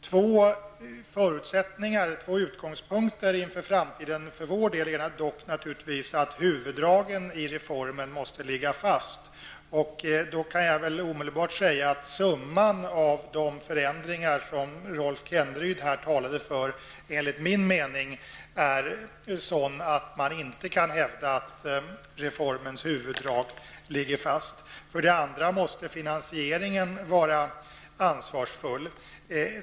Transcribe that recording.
Två utgångspunkter inför framtiden är dock för vår del, naturligtvis, att huvuddragen i reformen måste ligga fast. Jag kan omedelbart säga att summan av de förändringar som Rolf Kenneryd talade för enligt min mening är sådan att man inte kan hävda att reformens huvuddrag ligger fast. Dessutom måste finansieringen vara ansvarsfull.